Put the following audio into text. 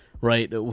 right